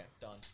done